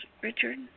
Richard